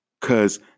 Cause